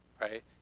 right